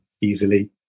easily